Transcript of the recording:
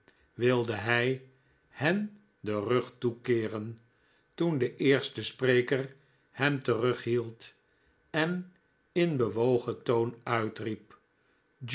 wilde hij hen den rug toekeeren toen de eerste spreker hem terughield en in bewogen toon uitriep